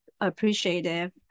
appreciative